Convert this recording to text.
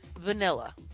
vanilla